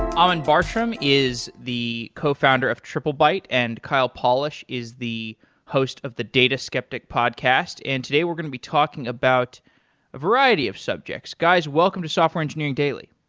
um and bartram is the cofounder of triplebyte and kyle polich is the host of the data skeptic podcast, and today we're going to be talking about a variety of subjects. guys, welcome to software engineering daily.